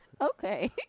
Okay